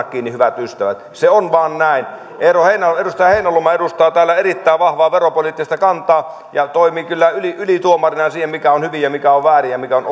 kiinni hyvät ystävät se on vain näin edustaja heinäluoma edustaa täällä erittäin vahvaa veropoliittista kantaa ja toimii kyllä ylituomarina siinä mikä on hyvin ja mikä on väärin ja mikä on